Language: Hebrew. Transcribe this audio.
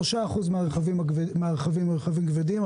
3% מהרכבים הם רכבים כבדים,